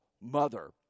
mother